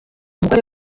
umugore